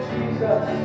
Jesus